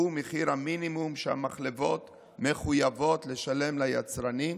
שהוא מחיר המינימום שהמחלבות מחויבות לשלם ליצרנים,